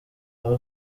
aho